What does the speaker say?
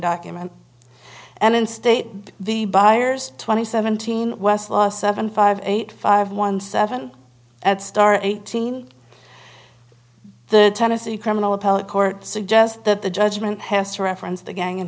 document and in state the buyers twenty seventeen west last seven five eight five one seven at star eighteen the tennessee criminal appellate court suggest that the judgment has to reference the gang and